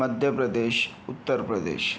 Madhya Pradesh Uttar Pradesh